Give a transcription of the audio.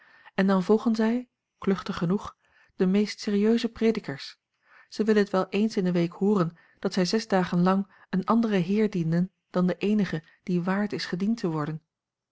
en dan volgen zij kluchtig genoeg de meest serieuze predikers zij willen het wel ééns in de week hooren dat zij zes dagen lang een anderen heer dienen dan den eenigen die waard is gediend te worden